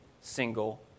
single